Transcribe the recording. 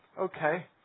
Okay